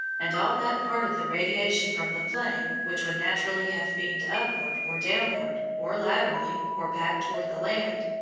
and all that part of the radiation from the flame which would naturally have beamed upward, or downward, or laterally, or back toward the land,